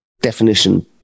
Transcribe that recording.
definition